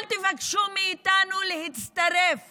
אל תבקשו מאיתנו להצטרף